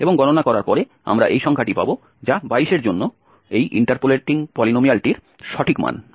এবং গণনা করার পরে আমরা এই সংখ্যাটি পাব যা 22 এর জন্য এই ইন্টারপোলেটিং পলিনোমিয়ালটির সঠিক মান